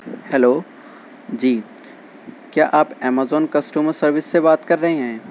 hello جی کیا آپ امیزون کسٹمر سروس سے بات کر رہے ہیں